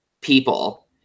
people